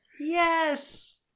Yes